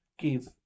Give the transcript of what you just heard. give